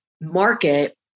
market